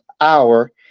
Hour